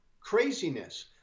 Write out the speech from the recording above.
craziness